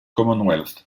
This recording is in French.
commonwealth